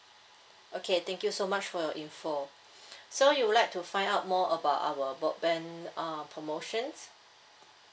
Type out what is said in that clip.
okay thank you so much for your info so you would like to find out more about our broadband uh promotions